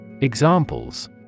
Examples